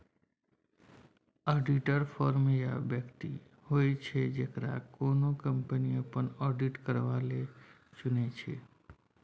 auditor firm या बेकती होइ छै जकरा कोनो कंपनी अपन आडिट करबा लेल चुनै छै